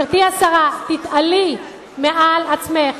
גברתי השרה, תתעלי על עצמך.